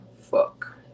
Fuck